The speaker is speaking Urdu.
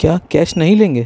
کیا کیش نہیں لیں گے